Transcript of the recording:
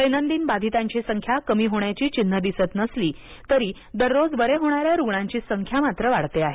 दैनंदिन बाधितांची संख्या कमी होण्याची चिन्हं दिसत नसली तरी दररोज बरे होणाऱ्या रुग्णांची संख्या मात्र वाढते आहे